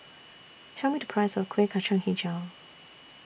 Tell Me The Price of Kueh Kacang Hijau